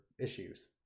issues